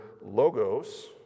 logos